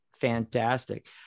fantastic